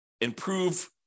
improve